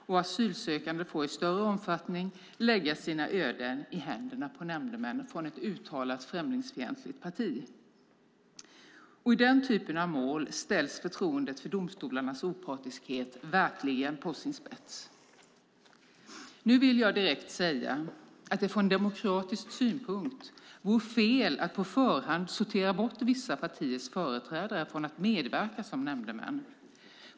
Asylsökande får i större omfattning lägga sina öden i händerna på nämndemän från ett uttalat främlingsfientligt parti. Och i den typen av mål ställs förtroendet för domstolarnas opartiskhet verkligen på sin spets. Nu vill jag direkt säga att det från demokratisk synpunkt vore fel att på förhand sortera bort vissa partiers företrädare från att medverka som nämndemän.